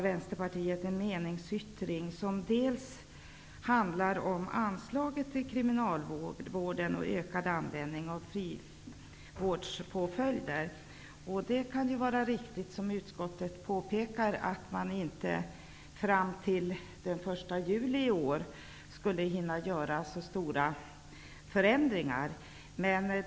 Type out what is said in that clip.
Vänsterpartiet en meningsyttring som dels handlar om anslaget till kriminalvården och ökad användning av frivårdspåföljder. Det kan vara riktigt, som utskottet påpekar, att man inte fram till den 1 juli i år skulle hinna göra så stora förändringar.